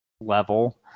level